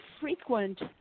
frequent